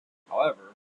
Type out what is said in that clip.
however